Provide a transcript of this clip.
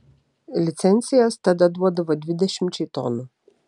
licencijas tada duodavo dvidešimčiai tonų